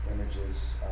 Images